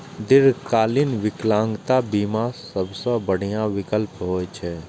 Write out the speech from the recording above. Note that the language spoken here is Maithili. दीर्घकालीन विकलांगता बीमा सबसं बढ़िया विकल्प होइ छै